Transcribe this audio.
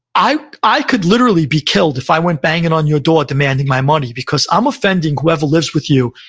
i i could literally be killed if i went banging on your door demanding my money, because i'm offending whoever lives with you,